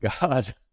God